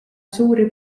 suuri